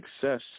success